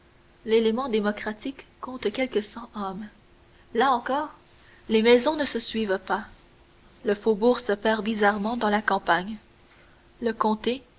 l'élément démocratique compte quelque cent âmes là encore les maisons ne se suivent pas le faubourg se perd bizarrement dans la campagne le comté